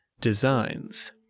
designs